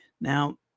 Now